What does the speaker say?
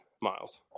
miles